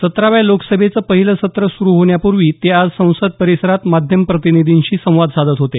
सतराव्या लोकसभेचं पहिलं सत्र सुरू होण्याप्र्वी ते आज संसद परिसरात माध्यम प्रतिनिधींशी संवाद साधत होते